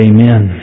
Amen